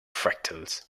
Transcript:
fractals